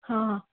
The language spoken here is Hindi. हाँ हाँ